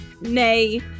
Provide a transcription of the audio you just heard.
nay